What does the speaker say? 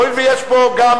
הואיל ויש פה גם